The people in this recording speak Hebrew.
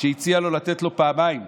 והציע לו לתת פעמיים: